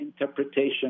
interpretation